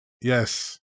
Yes